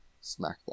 smack